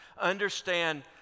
understand